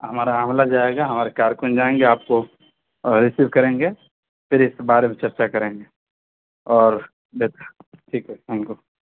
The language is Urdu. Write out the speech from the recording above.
ہمارا عملہ جائے گا ہمارے کارکن جائیں گے آپ کو رسیوو کریں گے پھر اس بارے میں چرچا کریں گے اور بس ٹھیک ہے تھینک یو